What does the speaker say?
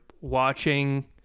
watching